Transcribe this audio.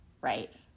right